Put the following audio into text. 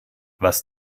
was